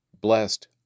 blessed